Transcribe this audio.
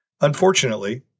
Unfortunately